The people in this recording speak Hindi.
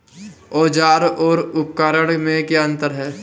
औज़ार और उपकरण में क्या अंतर है?